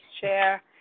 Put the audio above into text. chair